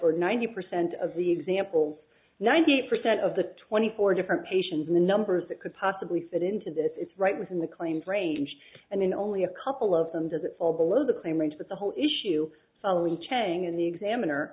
or ninety percent of the examples ninety percent of the twenty four different patients numbers that could possibly fit into this it's right within the claims range and then only a couple of them does it fall below the claim range but the whole issue following chang in the examiner